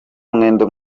mwendo